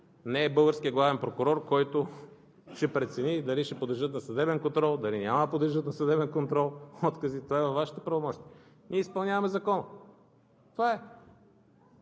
Не е българският главен прокурор, който ще прецени дали откази ще подлежат на съдебен контрол, дали няма да подлежат на съдебен контрол. Това е във Вашите правомощия. Ние изпълняваме закона. Това е.